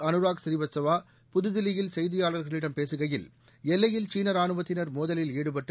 அனுராக் ஸ்ரீவத்ஸ்சவா புதுதில்லியில் செய்தியாளர்களிடம் பேசகையில் எல்லையில் சீன ராணுவத்தினர் மோதலில் ஈடுபட்டு